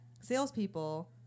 salespeople